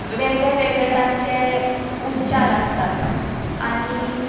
वेगळे वेगळे तांचे उच्चार आसतात आनी